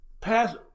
Pass